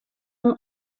him